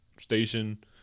station